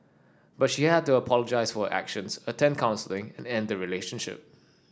but she had to apologise for her actions attend counselling and end relationship